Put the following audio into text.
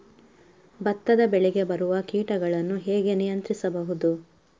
ಭತ್ತದ ಬೆಳೆಗೆ ಬರುವ ಕೀಟಗಳನ್ನು ಹೇಗೆ ನಿಯಂತ್ರಿಸಬಹುದು?